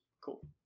Cool